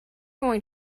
going